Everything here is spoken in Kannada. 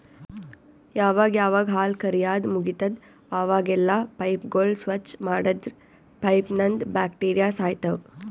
ಯಾವಾಗ್ ಯಾವಾಗ್ ಹಾಲ್ ಕರ್ಯಾದ್ ಮುಗಿತದ್ ಅವಾಗೆಲ್ಲಾ ಪೈಪ್ಗೋಳ್ ಸ್ವಚ್ಚ್ ಮಾಡದ್ರ್ ಪೈಪ್ನಂದ್ ಬ್ಯಾಕ್ಟೀರಿಯಾ ಸಾಯ್ತವ್